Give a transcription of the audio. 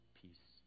peace